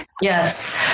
Yes